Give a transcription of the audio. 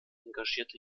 engagierte